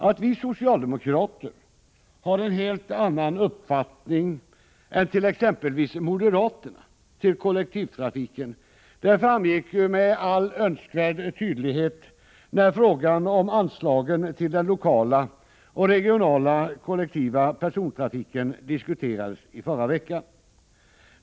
Att vi socialdemokrater har en helt annan uppfattning än exempelvis moderaterna om kollektivtrafiken framgick med all önskvärd tydlighet när frågan om anslagen till den lokala och regionala kollektiva persontrafiken diskuterades förra veckan.